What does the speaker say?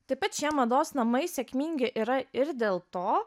taip pat šie mados namai sėkmingi yra ir dėl to